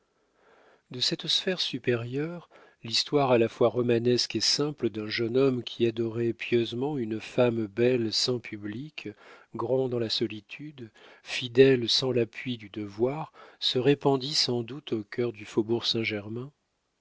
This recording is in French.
de cette sphère supérieure l'histoire à la fois romanesque et simple d'un jeune homme qui adorait pieusement une femme belle sans public grande dans la solitude fidèle sans l'appui du devoir se répandit sans doute au cœur du faubourg saint-germain